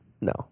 No